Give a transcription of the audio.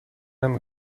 نمی